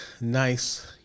nice